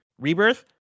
rebirth